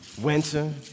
Winter